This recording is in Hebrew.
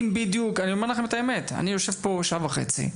אני אומר לכם את האמת, אני יושב פה שעה וחצי,